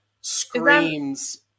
screams